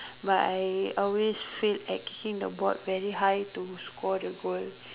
but I always fail at kicking the ball very high to score the goal